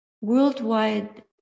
worldwide